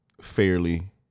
fairly